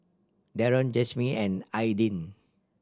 Daron Jimmie and Aidyn